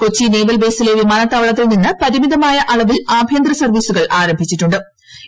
Kochi naval ബേസിലെ വിമാനത്താവളത്തിൽ നിന്ന് പരിമിതമായ അളവിൽ ആഭ്യന്തര സർവ്വീസുകൾ ആരംഭിച്ചിട്ടു ്